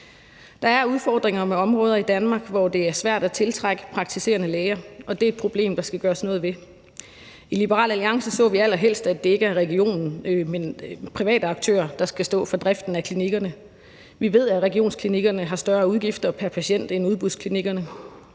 Der er udfordringer med områder i Danmark, hvor det er svært at tiltrække praktiserende læger, og det er et problem, der skal gøres noget ved. I Liberal Alliance så vi allerhelst, at det ikke er regionen, men private aktører, der skal stå for driften af klinikkerne. Vi ved, at regionsklinikkerne har større udgifter pr. patient end udbudsklinikkerne.